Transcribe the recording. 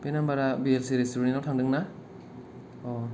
बे नाम्बारा B S C restaurant आव थांदों ना अ'